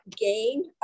gain